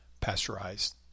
Pasteurized